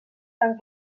tant